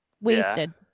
Wasted